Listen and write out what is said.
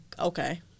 okay